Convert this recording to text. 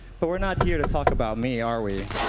but we are not here to talk about me, are we?